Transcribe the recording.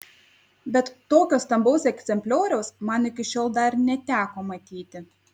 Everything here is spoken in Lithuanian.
bet tokio stambaus egzemplioriaus man iki šiol dar neteko matyti